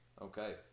okay